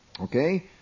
Okay